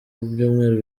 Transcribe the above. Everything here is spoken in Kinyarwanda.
byumweru